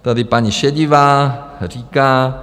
Tady paní Šedivá říká: